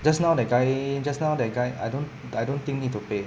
just now that guy just now that guy I don't I don't think need to pay